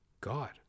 God